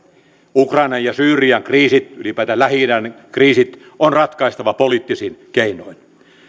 ukrainan ja syyrian kriisit ylipäätään lähi idän kriisit on ratkaistava poliittisin keinoin